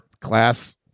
class –